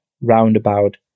roundabout